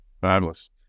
fabulous